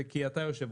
זה כי אתה יושב-ראש.